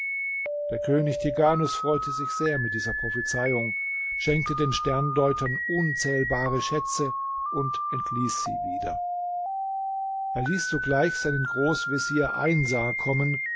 der könig tighanus freute sich sehr mit dieser prophezeiung schenkte den sterndeutern unzählbare schätze und entließ sie wieder er ließ sogleich seinen großvezier einsar kommen